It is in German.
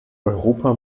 europa